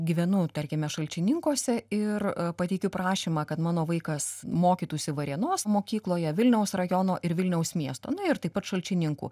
gyvenu tarkime šalčininkuose ir pateikiu prašymą kad mano vaikas mokytųsi varėnos mokykloje vilniaus rajono ir vilniaus miesto na ir taip pat šalčininkų